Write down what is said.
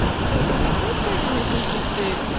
so when we first started mission street food,